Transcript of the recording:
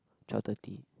twelve thirty